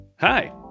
Hi